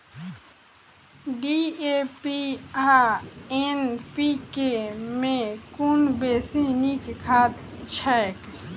DAP आ NPK मे कुन बेसी नीक खाद छैक?